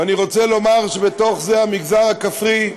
ואני רוצה לומר שבתוך זה המגזר הכפרי,